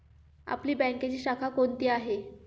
आपली बँकेची शाखा कोणती आहे